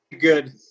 good